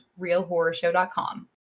realhorrorshow.com